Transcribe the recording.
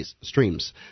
streams